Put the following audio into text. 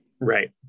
Right